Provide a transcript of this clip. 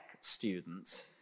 students